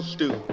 Stew